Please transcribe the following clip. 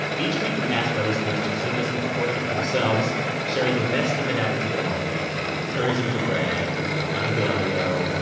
each week, we ask our listeners to send us a recording of themselves sharing the best thing that happened to them all week. we encourage them to brag. we get a lot of good audio.